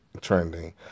trending